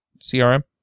CRM